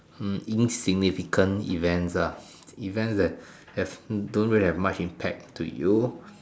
hmm insignificant events ah events that have don't really have much impact to you